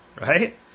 Right